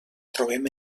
trobem